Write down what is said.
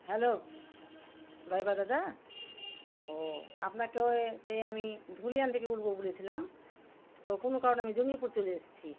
hello driver দাদা ও আপনাকে ওই সেই আমি ধুলিয়ান থেকে বলবো বলেছিলাম তো কোনো কারণে আমি জঙ্গিপুর চলে এসেছি